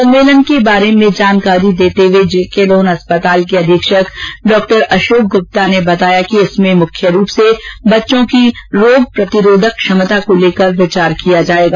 सम्मेलन के बारे में जानकारी देते हुए जे के लोन अस्पताल के अधीक्षक डॉ अशोक गुप्ता ने बताया इसमें मुख्य रूप से बच्चों की रोग प्रतिरोधक क्षमता को लेकर विचार किया जायेगा